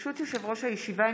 ברשות יושב-ראש הישיבה,